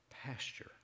pasture